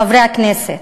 חברי הכנסת,